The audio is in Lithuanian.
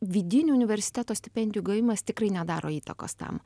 vidinių universiteto stipendijų gavimas tikrai nedaro įtakos tam